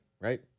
right